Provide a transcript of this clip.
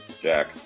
Jack